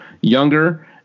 younger